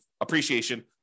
appreciation